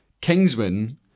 Kingsman